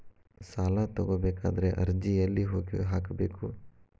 ಸಾಲ ತಗೋಬೇಕಾದ್ರೆ ಅರ್ಜಿ ಎಲ್ಲಿ ಹೋಗಿ ಹಾಕಬೇಕು?